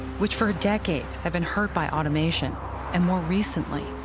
which for decades had been hurt by automation and, more recently,